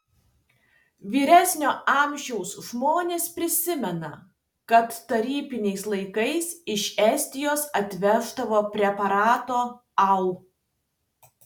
vyresnio amžiaus žmonės prisimena kad tarybiniais laikais iš estijos atveždavo preparato au